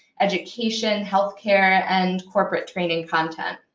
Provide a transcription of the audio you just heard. education, health care, and corporate training content.